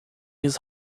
his